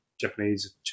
japanese